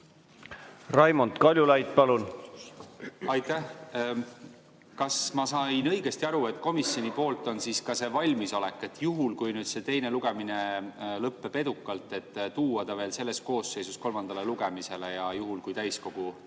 Raimond Kaljulaid, palun! Aitäh! Kas ma sain õigesti aru, et komisjonil on valmisolek, juhul kui nüüd teine lugemine lõpeb edukalt, tuua ta veel selles koosseisus kolmandale lugemisele, ja juhul kui täiskogu